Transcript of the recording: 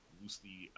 loosely